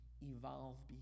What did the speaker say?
evolve